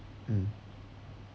mm